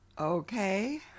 Okay